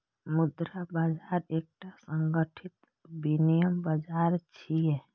मुद्रा बाजार एकटा संगठित विनियम बाजार छियै